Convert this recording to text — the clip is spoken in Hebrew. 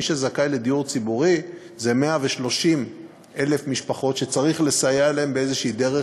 מי שזכאי לדיור ציבורי זה 130,000 משפחות שצריך לסייע להן באיזושהי דרך,